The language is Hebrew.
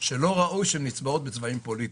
שלא ראוי שנצבעות בצבעים פוליטיים.